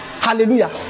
Hallelujah